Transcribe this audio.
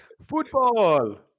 football